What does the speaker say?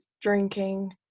drinking